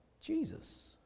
Jesus